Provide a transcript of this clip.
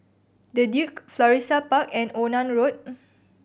The Duke Florissa Park and Onan Road